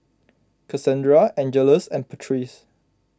Casandra Angeles and Patrice